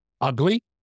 Ugly